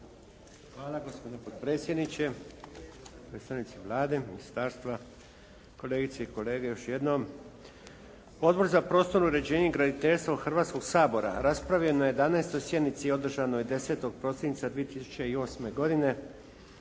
Hvala gospodine potpredsjedniče, predstavnici Vlade, ministarstva, kolegice i kolege još jednom. Odbor za prostorno uređenje i graditeljstvo Hrvatskog sabora raspravio je na 11. sjednici održanoj 10. prosinca 2008. godine